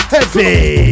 Heavy